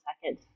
second